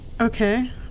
okay